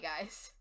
guys